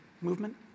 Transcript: movement